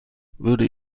würde